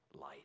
light